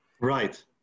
Right